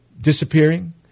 disappearing